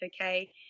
okay